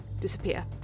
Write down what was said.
disappear